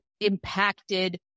impacted